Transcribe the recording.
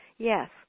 Yes